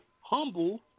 Humble